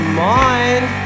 mind